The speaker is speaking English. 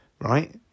right